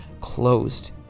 closed